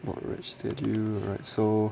mod rack schedule alright so